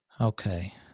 okay